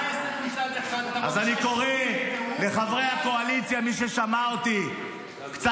מצד אחד אתה רוצה שהשופטים יקבעו,